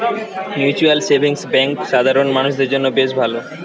mutual savings bank সাধারণ মানুষদের জন্য বেশ ভালো